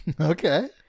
Okay